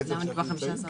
למה נקבע 15?